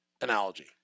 analogy